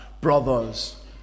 brothers